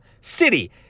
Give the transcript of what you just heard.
City